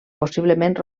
possiblement